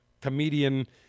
comedian